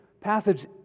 passage